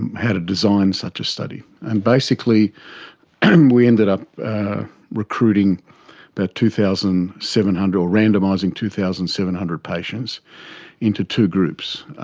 and how to design such a study. and basically and we ended up recruiting about but two thousand seven hundred or randomising two thousand seven hundred patients into two groups,